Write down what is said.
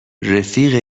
رفیق